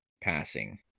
passing